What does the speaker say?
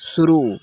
शुरू